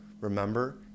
Remember